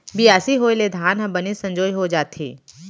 बियासी होय ले धान ह बने संजोए हो जाथे